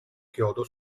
chiodo